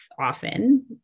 often